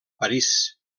parís